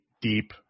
deep